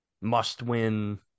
must-win